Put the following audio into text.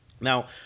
Now